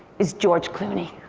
is george clooney.